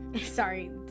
Sorry